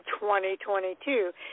2022